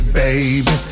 baby